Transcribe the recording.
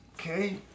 Okay